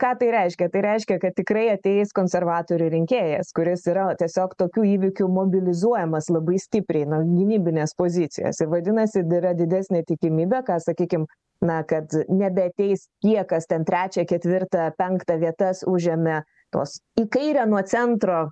ką tai reiškia tai reiškia kad tikrai ateis konservatorių rinkėjas kuris yra tiesiog tokių įvykių mobilizuojamas labai stipriai na gynybinės pozicijos ir vadinasi yra didesnė tikimybė ką sakykim na kad nebeateis tie kas ten trečią ketvirtą penktą vietas užėmė tos į kairę nuo centro